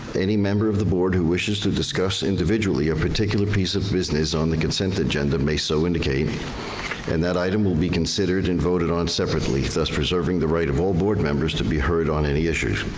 any member of the board who wishes to discuss individually a particular piece of business on the consent agenda may so indicate and that item will be considered and voted on separately, thus preserving the right of all board members to be heard on any issues.